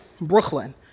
Brooklyn